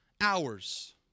hours